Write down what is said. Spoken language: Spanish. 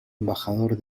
embajador